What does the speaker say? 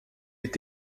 est